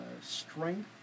strength